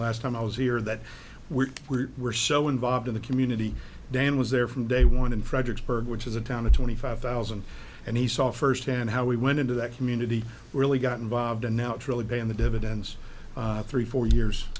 last time i was here that we were so involved in the community dan was there from day one in fredericksburg which is a town of twenty five thousand and he saw firsthand how we went into that community really got involved and now it's really been the dividends three four years